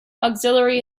auxiliary